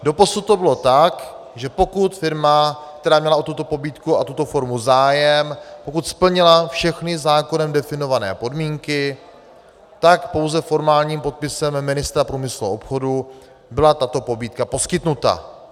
Doposud to bylo tak, že pokud firma, která měla o tuto pobídku a tuto formu zájem, pokud splnila všechny zákonem definované podmínky, tak pouze formálním podpisem ministra průmyslu a obchodu byla tato pobídka poskytnuta.